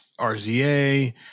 rza